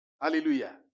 Hallelujah